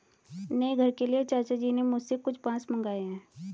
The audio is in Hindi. नए घर के लिए चाचा जी ने मुझसे कुछ बांस मंगाए हैं